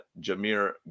Jameer